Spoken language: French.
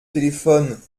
téléphone